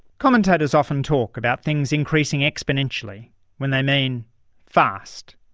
commentators often talk about things increasing exponentially when they mean fast.